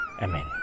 Amen